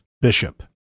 Bishop